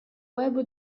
web